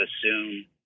assume